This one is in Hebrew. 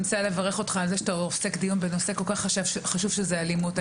אני רוצה לברך אותך על זה שאתה עוסק בדיון בנושא כל כך חשוב שזו אלימות.